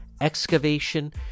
excavation